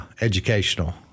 educational